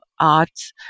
arts